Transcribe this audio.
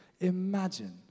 Imagine